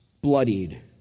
bloodied